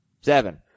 Seven